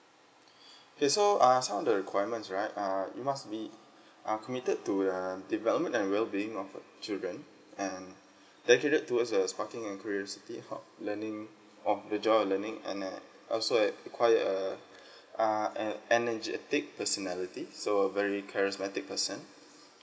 okay so uh some of the requirements right uh you must be uh committed to err development and well being of uh children and dedicated towards uh sparking in curiosity on learning on the joy of learning and uh also uh require a ah an energetic personality so a very charismatic person